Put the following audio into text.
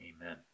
Amen